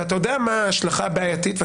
ואתה יודע מה ההשלכה הבעייתית של